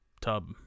tub